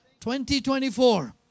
2024